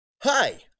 Hi